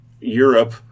europe